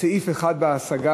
סעיף 1 בהשגה.